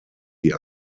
die